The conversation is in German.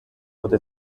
wurde